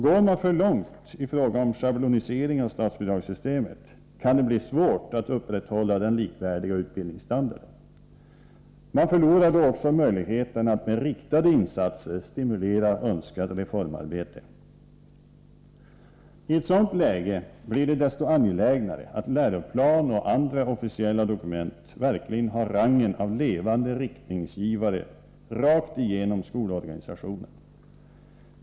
Går man för långt i fråga om schablonisering av statsbidragssystemet, kan det bli svårt att upprätthålla den likvärdiga utbildningsstandarden. Man förlorar då också möjligheten att med riktade insatser stimulera önskat reformarbete. I ett sådant läge blir det desto angelägnare att läroplan och andra officiella dokument verkligen har rangen av levande riktningsgivare rakt igenom skolorganisationen.